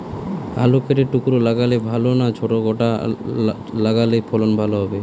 আলু কেটে টুকরো লাগালে ভাল না ছোট গোটা লাগালে ফলন ভালো হবে?